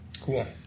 Cool